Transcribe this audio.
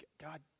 God